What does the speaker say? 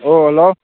ꯑꯣ ꯍꯜꯂꯣ